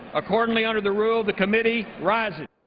accordingly under the rule the committee rises.